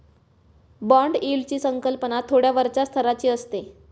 bond यील्डची संकल्पना थोड्या वरच्या स्तराची असते